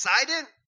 Excited